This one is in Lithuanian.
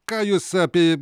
ką jūs apie